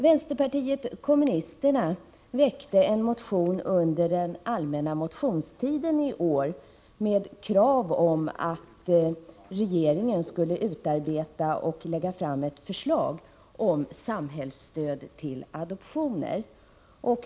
Vänsterpartiet kommunisterna väckte under den allmänna motionstiden i år en motion med krav på att regeringen skulle utarbeta och lägga fram ett förslag om samhällsstöd till adoptioner.